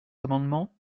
amendement